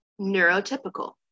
neurotypical